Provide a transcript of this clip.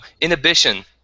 inhibition